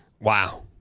Wow